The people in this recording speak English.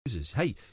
Hey